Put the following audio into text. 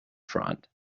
front